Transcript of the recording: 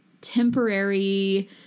temporary